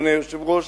אדוני היושב-ראש.